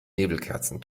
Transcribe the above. nebelkerzen